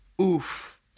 Oof